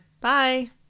Bye